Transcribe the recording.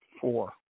Four